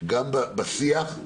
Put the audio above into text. גם בשיח.